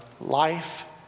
life